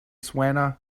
suena